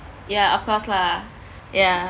ya of course lah ya